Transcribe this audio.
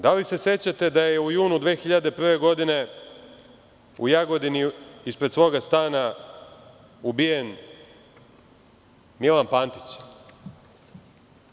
Da li se sećate da je u junu 2001. godine u Jagodini ispred svog stana ubijen Milan Pantić?